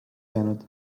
jäänud